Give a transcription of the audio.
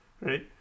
right